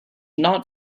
not